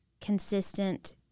consistent